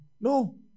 No